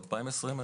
רישום?